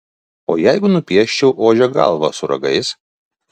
o jeigu nupieščiau ožio galvą su ragais